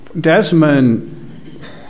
Desmond